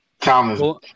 Thomas